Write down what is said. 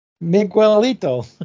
Miguelito